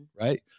right